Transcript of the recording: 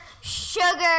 sugar